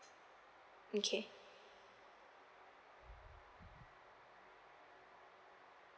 okay